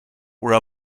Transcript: were